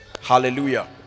Hallelujah